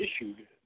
issued